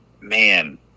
man